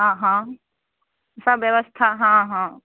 हँ हँ सभ व्यवस्था हँ हँ